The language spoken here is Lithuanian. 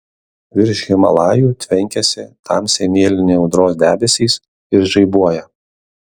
virš himalajų tvenkiasi tamsiai mėlyni audros debesys ir žaibuoja